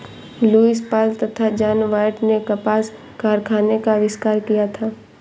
Lewis Paul तथा John Wyatt ने कपास कारखाने का आविष्कार किया था